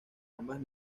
ambas